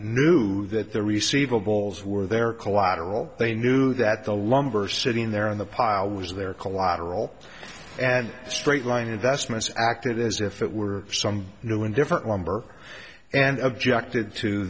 that their receive a balls were their collateral they knew that the lumber sitting there on the pile was their collateral and straight line investments acted as if it were some new and different lumber and objected to